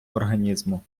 організму